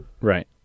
right